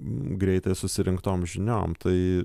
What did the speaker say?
greitai susirinktom žiniom tai